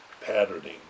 patterning